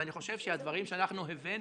ואני חושב שהדברים שאנחנו הבאנו,